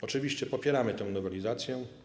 Oczywiście popieramy tę nowelizację.